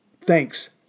thanks